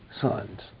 sons